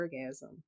orgasm